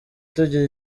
tugira